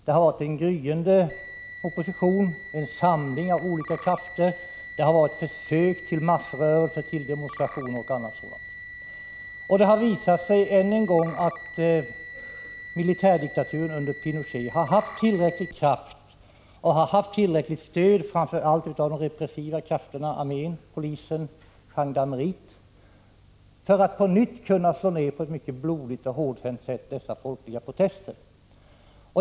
Det har varit en gryende opposition, en samling av olika krafter, försök till massrörelse, demonstration osv. Det har ännu en gång visat sig att militärdiktaturen under Pinochet har haft tillräcklig kraft och tillräckligt stöd, framför allt av de repressiva krafterna armén, polisen och gendarmeriet, för att på nytt på ett mycket hårdhänt sätt kunna slå ned dessa folkliga protester.